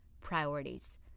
priorities